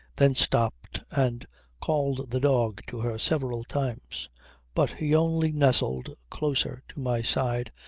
then stopped and called the dog to her several times but he only nestled closer to my side,